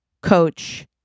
Coach